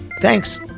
thanks